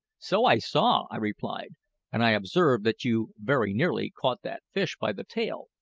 so i saw, i replied and i observed that you very nearly caught that fish by the tail.